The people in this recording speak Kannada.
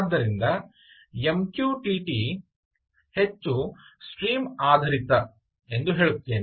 ಆದ್ದರಿಂದ ಎಂ ಕ್ಯೂ ಟಿ ಟಿ ಹೆಚ್ಚು ಸ್ಟ್ರೀಮ್ ಆಧಾರಿತ ಎಂದು ಹೇಳುತ್ತೇನೆ